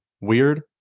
Weird